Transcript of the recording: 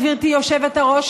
גברתי היושבת-ראש,